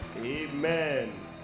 Amen